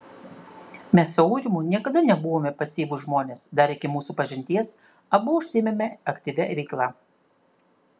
mes su aurimu niekada nebuvome pasyvūs žmonės dar iki mūsų pažinties abu užsiėmėme aktyvia veikla